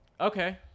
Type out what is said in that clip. okay